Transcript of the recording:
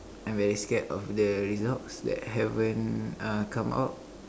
I very scared of the results that haven't uh come out